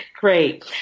Great